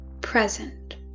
present